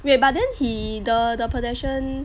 wait but then he the the pedestrian